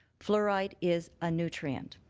fluoride is a nutrient.